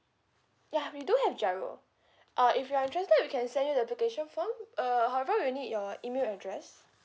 yeah we do have GIRO uh if you are interested we can send you the application form err however we'll need your email address